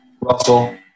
Russell